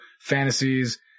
fantasies